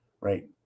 Right